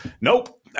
nope